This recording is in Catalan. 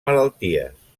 malalties